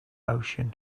ocean